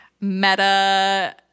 meta